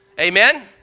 Amen